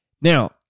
Now